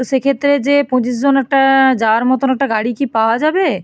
সেক্ষেত্রে যে পঁচিশজন একটা যাওয়ার মতন একটা গাড়ি কি পাওয়া যাবে